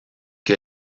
que